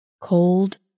Cold